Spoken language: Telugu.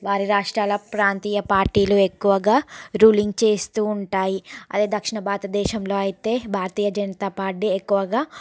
వారి రాష్ట్రాల ప్రాంతీయ పార్టీలు ఎక్కువగా రూలింగ్ చేస్తూ ఉంటాయి అదే దక్షిణ భారతదేశంలో అయితే భారతీయ జనతా పార్టీ ఎక్కువగా